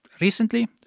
recently